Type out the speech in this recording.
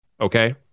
Okay